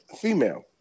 female